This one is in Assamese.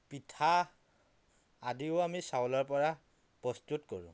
পিঠা আদিও আমি চাউলৰ পৰা প্ৰস্তুত কৰোঁ